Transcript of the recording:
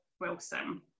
Wilson